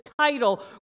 title